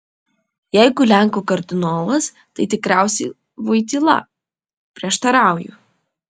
jeigu lenkų kardinolas tai tikriausiai voityla prieštarauju